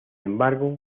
embargo